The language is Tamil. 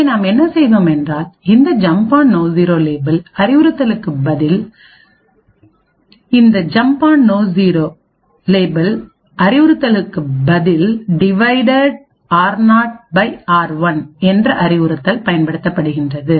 இங்கே நாம் என்ன செய்தோம் என்றால் இந்த ஜம்ப் ஆண் நோ 0 லேபிள் அறிவுறுத்தலுக்கு பதில் டிவைட் ஆர்0 பை ஆர்1என்ற அறிவுறுத்தல் பயன்படுத்தப்படுகின்றது